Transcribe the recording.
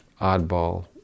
oddball